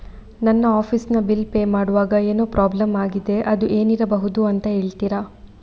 ನನ್ನ ಆಫೀಸ್ ನ bill pay ಮಾಡ್ವಾಗ ಏನೋ ಪ್ರಾಬ್ಲಮ್ ಆಗಿದೆ ಅದು ಏನಿರಬಹುದು ಅಂತ ಹೇಳ್ತೀರಾ?